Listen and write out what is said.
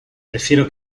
prefiero